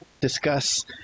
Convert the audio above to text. discuss